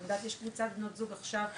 חמדת, יש קבוצת בנות זוג עכשיו שנפתחת.